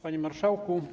Panie Marszałku!